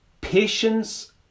patience